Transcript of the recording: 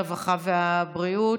הרווחה והבריאות,